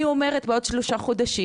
היא אומרת שבעוד שלושה חודשים,